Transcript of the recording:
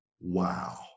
Wow